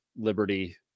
liberty